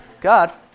God